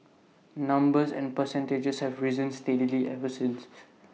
numbers and percentages have risen steadily ever since